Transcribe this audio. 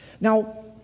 Now